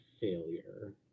failure